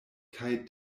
kaj